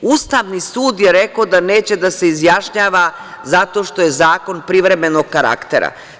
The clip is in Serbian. Ustavni sud je rekao da neće da se izjašnjava zato što je zakon privremenog karaktera.